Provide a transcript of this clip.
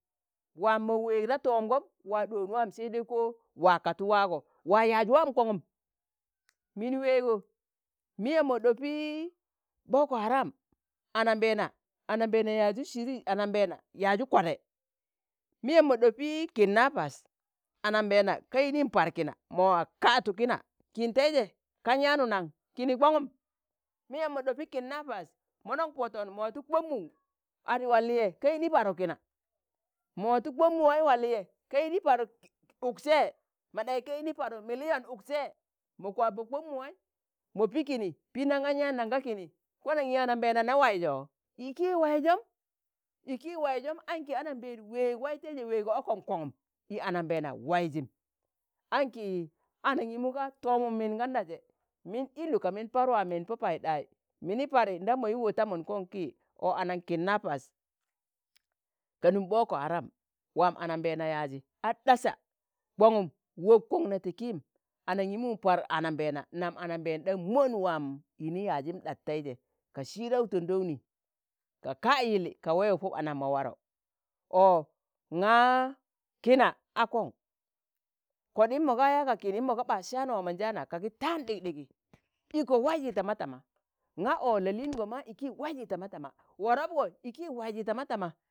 waa mok weeg da toomgom, waa ɗoon waam sai dai ko, wa ka̱tu waago waa yaaz waam kongum min weego, miyem mo ɗopi ɓokoharam, anambeena, anambeena yaazu siri anambeena yazu kwade, miyam mo ɗopi kidnapas, anambeena ka yinin par kina mo waa ka̱tu kina kin tẹiji kan yaanụ naṇ? kini kọṇgọm, miyem mọ ɗopi kidnapas mọnọn pọtọn mọ watụ ko̱m mu, ade waa liye ka yini parụ kina, mọ watụ kom mu wai wa liye ka yini paru uksẹ, mo ɗaṇye ka yini parụ miliyon ukse, mọ kwapo ko̱m muwai mọ pi kini piindaṇ gan yaan naṇ ga kini kwanaṇ i anambẹẹna ni waizọ? iki waizọm, iki waizọm, aṇki anambeena weeg waiteiji weego ọkọm kọṇgum, i anambẹẹna waizim, anki anangimu ga tọọmum min ganda jẹ min illu ka min par waa min pọ paiɗai, mini pari ndam moi wotamon kọṇ ki ọ ana kidnapas, ka num ɓoko haram, waam anambẹẹna yaazi a ɗasa, kọng̣ụm wob kọn nẹ ti kịịm anamgimụ par, anambẹẹna nam anambeen ɗa mon waam yini yaazim ɗas teije ka sidau tondouni, ka ka'yili ka wẹwụ pọ ɓanam mo warọ. ọ ṇga kịna a kọn, kọɗim mọ ga yaa ga kinim mo ga ɓa saan waa mọnjaana, ka gi taan ɗikɗigi iko waizi tam- tama, nga o la liingo mạ iki waizi tama tama, warọ ọ iki waizi tama tama,